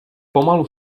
pomalu